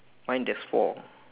mine there's four